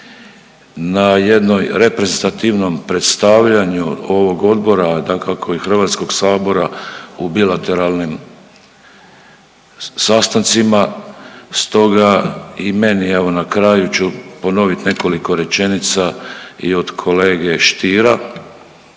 na jednoj reprezentativnom predstavljanju ovog odbora, a dakako i Hrvatskog sabora u bilateralnim sastancima. Stoga i meni evo na kraju ću ponovit nekoliko rečenica i od kolege Stiera